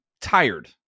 tired